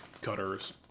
Cutter's